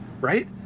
Right